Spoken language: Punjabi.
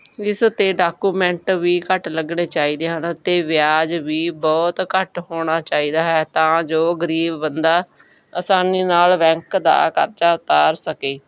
ਇਸ 'ਤੇ ਡਾਕੂਮੈਂਟ ਵੀ ਘੱਟ ਲੱਗਣੇ ਚਾਹੀਦੇ ਹਨ ਅਤੇ ਵਿਆਜ ਵੀ ਬਹੁਤ ਘੱਟ ਹੋਣਾ ਚਾਹੀਦਾ ਹੈ ਤਾਂ ਜੋ ਗਰੀਬ ਬੰਦਾ ਆਸਾਨੀ ਨਾਲ ਬੈਂਕ ਦਾ ਕਰਜ਼ਾ ਉਤਾਰ ਸਕੇ